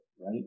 right